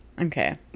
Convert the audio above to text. okay